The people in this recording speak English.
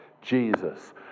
Jesus